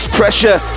pressure